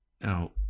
Now